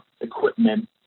equipment